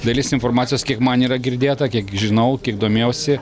dalis informacijos kiek man yra girdėta kiek žinau kiek domėjausi